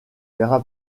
verra